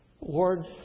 Lord